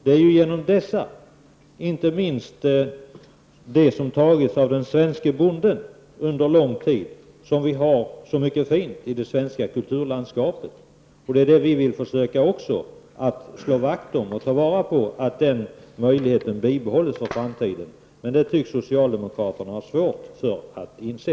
Det är tack vare dessa, inte minst de initiativ som under lång tid tagits av den svenske bonden, som vi har så mycket fint i det svenska kulturlandskapet. Vi vill försöka slå vakt om detta och se till att dessa möjligheter bibehålls för framtiden. Men det tycks socialdemokraterna ha svårt att inse.